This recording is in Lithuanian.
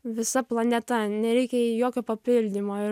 visa planeta nereikia jai jokio papildymo ir